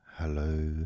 Hello